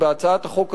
בהצעת החוק הזאת,